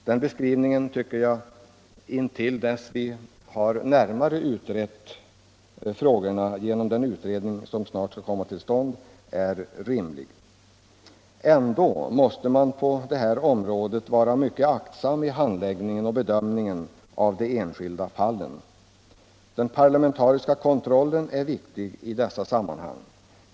Den beskrivningen tycker jag är rimlig intill dess vi närmare har utrett frågorna genom den utredning som skall komma till stånd. Ändå måste man på detta område vara mycket aktsam vid handläggningen och bedömningen av de enskilda fallen. Den parlamentariska kontrollen är viktig i dessa sammanhang.